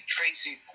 Tracy